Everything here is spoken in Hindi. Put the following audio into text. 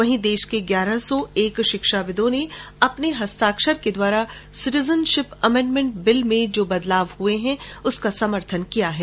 वहीं देश के ग्यारह सौ एक शिक्षाविदों ने अपने हस्ताक्षर के द्वारा सिटीजनशिप अमेंडमेंट एक्ट में जो परिवर्तन हुए हैं उसका समर्थन किया है